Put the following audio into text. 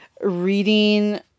reading